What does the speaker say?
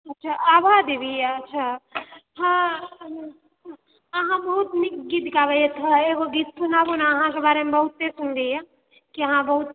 अच्छा आभा देवी अच्छा हँ अहाँ बहुत नीक गीत गाबए थोड़ा एकगो गीत सुनाबु ने अहांँकेँ बारेमे बहुते सुनलिऐ यऽ कि अहाँ बहुत